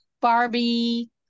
Barbie